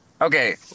Okay